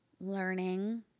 learning